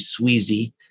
Sweezy